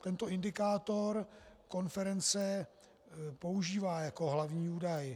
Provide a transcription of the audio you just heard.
Tento indikátor konference používá jako hlavní údaj.